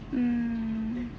mm